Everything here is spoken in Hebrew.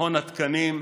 מכון התקנים,